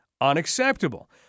unacceptable